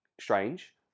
strange